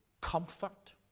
comfort